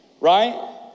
Right